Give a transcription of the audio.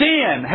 Sin